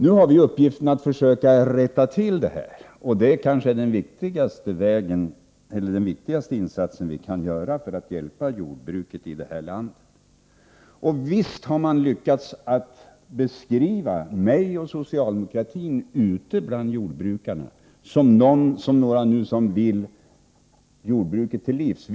Nu har vi uppgiften att försöka rätta till detta — och det är kanske den viktigaste insats vi kan göra för att hjälpa jordbruket i det här landet. Visst har man lyckats att ute bland jordbrukarna beskriva mig och socialdemokratin som några som vill jordbruket till livs.